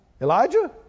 Elijah